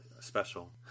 special